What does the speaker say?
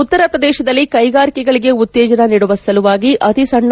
ಉತ್ತರಪ್ರದೇಶದಲ್ಲಿ ಕೈಗಾರಿಕೆಗಳಿಗೆ ಉತ್ತೇಜನ ನೀಡುವ ಸಲುವಾಗಿ ಅತಿಸಣ್ಣ